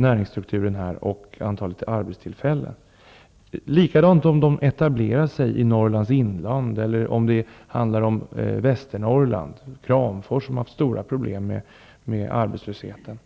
näringsstrukturen och antalet arbetstillfällen här. Det är samma sak om de etablerar sig i Kramfors, som har haft stora problem med arbetslösheten.